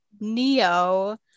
Neo